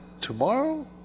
tomorrow